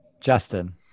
Justin